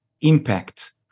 impact